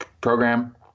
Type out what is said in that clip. program